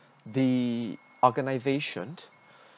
the organisation